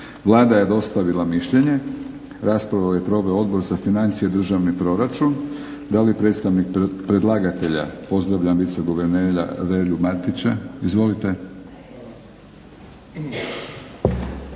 Vlada je dostavila mišljenje. Raspravu je proveo Odbor za financije, državni proračun. Da li predstavnik predlagatelja, pozdravljam viceguvernera Relju Martića. Izvolite.